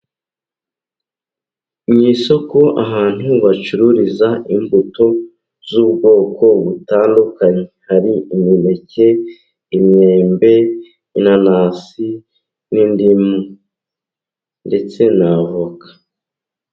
Mu isoko ahantu bacururiza imbuto z'ubwoko butandukanye. Hari imineke, imyembe, inanasi n'indimu ndetse n' avoka.